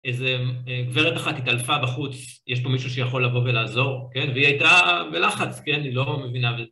איזה גברת אחת התעלפה בחוץ, יש פה מישהו שיכול לבוא ולעזור, כן? והיא הייתה בלחץ, כן? היא לא מבינה...